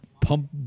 Pump